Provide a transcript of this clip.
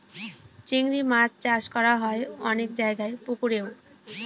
চিংড়ি মাছ চাষ করা হয় অনেক জায়গায় পুকুরেও